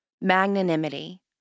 magnanimity